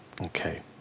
Okay